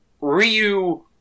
Ryu